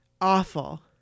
Awful